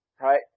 right